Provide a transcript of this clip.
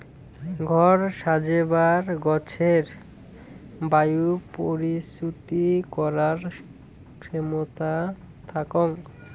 ঘর সাজেবার গছের বায়ু পরিশ্রুতি করার ক্ষেমতা থাকং